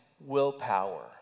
willpower